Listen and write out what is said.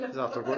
Esatto